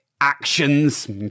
actions